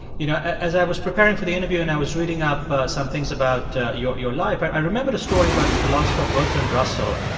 you know, as i was preparing for the interview and i was reading up some things about your your life, i i remembered a story about the philosopher bertrand russell.